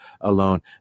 alone